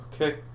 Okay